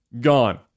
gone